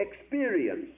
experience